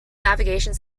navigation